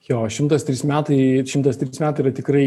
jo šimtas trys metai šimtas trys metai yra tikrai